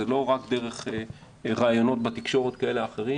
זה לא רק ראיונות בתקשורת כאלה ואחרים